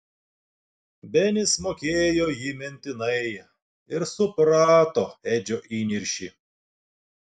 benis mokėjo jį mintinai ir suprato edžio įniršį